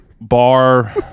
bar